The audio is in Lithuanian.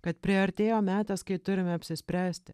kad priartėjo metas kai turime apsispręsti